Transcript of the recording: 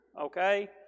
Okay